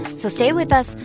so stay with us.